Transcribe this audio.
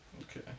okay